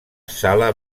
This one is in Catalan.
sala